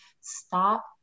stop